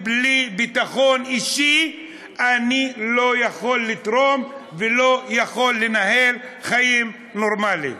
בלי ביטחון אישי אני לא יכול לתרום ולא יכול לנהל חיים נורמליים.